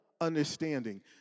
understanding